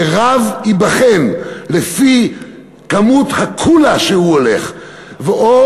שרב ייבחן לפי כמות הקולא שהוא הולך בה,